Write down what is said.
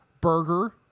burger